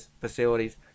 facilities